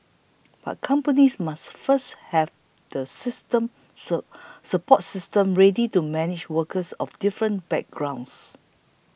but companies must first have the system sir support systems ready to manage workers of different backgrounds